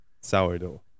Sourdough